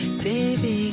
baby